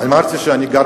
אמרתי שאני גר